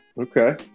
Okay